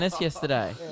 yesterday